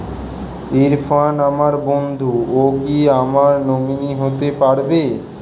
ইরফান আমার বন্ধু ও কি আমার নমিনি হতে পারবে?